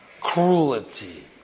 cruelty